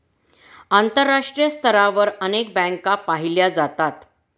आंतरराष्ट्रीय स्तरावर अनेक बँका पाहिल्या जातात